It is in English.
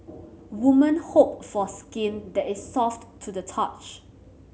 women hope for skin that is soft to the touch